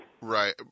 Right